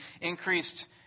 increased